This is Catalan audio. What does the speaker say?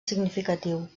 significatiu